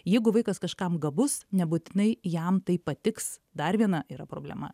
jeigu vaikas kažkam gabus nebūtinai jam tai patiks dar viena yra problema